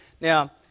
Now